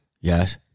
yes